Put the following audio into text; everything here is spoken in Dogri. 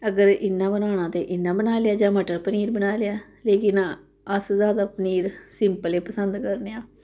अगर इ'यां बनाना ते इ'यां बनाई लेआ जां मटर पनीर बनाई लेआ लेकिन अस जैदा पनीर सिंपल गै पसंद करने आं